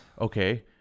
Okay